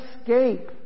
escape